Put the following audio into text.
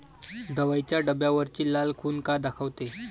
दवाईच्या डब्यावरची लाल खून का दाखवते?